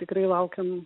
tikrai laukiame